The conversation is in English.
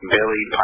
Billy